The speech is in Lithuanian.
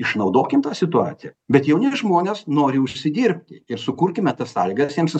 išnaudokim tą situaciją bet jauni žmonės nori užsidirbti ir sukurkime tas sąlygas jiems